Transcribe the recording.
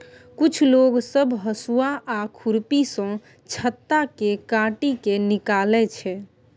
कुछ लोग सब हसुआ आ खुरपी सँ छत्ता केँ काटि केँ निकालै छै